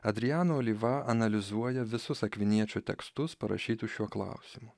adriano olyva analizuoja visus akviniečio tekstus parašytus šiuo klausimu